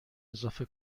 اضافه